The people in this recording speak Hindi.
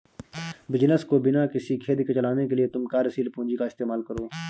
बिज़नस को बिना किसी खेद के चलाने के लिए तुम कार्यशील पूंजी का इस्तेमाल करो